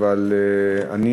אני